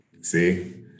See